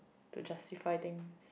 to justify things